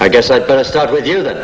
i guess i'd better start with you that